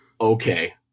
okay